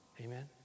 Amen